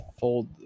fold